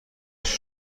هشت